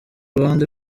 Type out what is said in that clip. ruhande